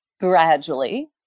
gradually